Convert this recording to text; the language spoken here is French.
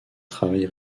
travail